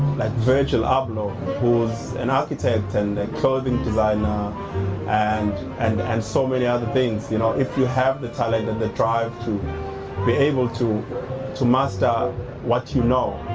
like virgil abloh who's an architect and a clothing designer and and and so many other things. you know if you have the talent and the drive to be able to to master what you know